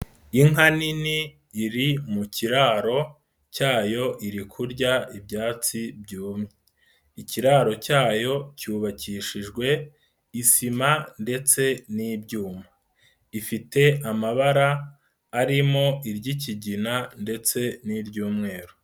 Inka nini iri mu kiraro cyayo iri kurya ibyatsi byumye, ikiraro cyayo cyubakishijwe isima ndetse n'ibyuma, ifite amabara arimo iry'ikigina ndetse n'iry'umweru.